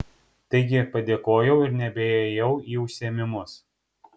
taigi padėkojau ir nebeėjau į užsiėmimus